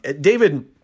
David